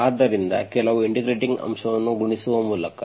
ಆದ್ದರಿಂದ ಕೆಲವು ಇಂಟಿಗ್ರೇಟಿಂಗ್ ಅಂಶವನ್ನು ಗುಣಿಸುವ ಮೂಲಕ